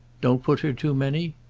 don't put her too many?